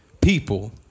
People